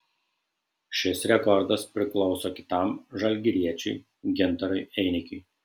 šis rekordas priklauso kitam žalgiriečiui gintarui einikiui